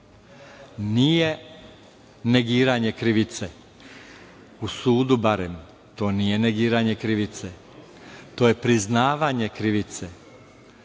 nije negiranje krivice. U sudu barem to nije negiranje krivice. To je priznavanje krivice.